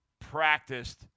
practiced